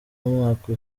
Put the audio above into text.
mwaka